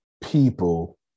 people